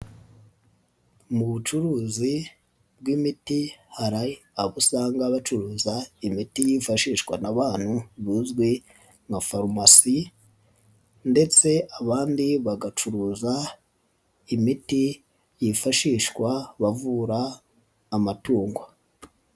Mu bucuruzi bw'imiti hari abo usanga bacuruza imiti yifashishwa n'abantu buzwi nka farumasi ndetse abandi bagacuruza imiti yifashishwa bavura amatungo.